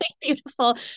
beautiful